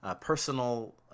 personal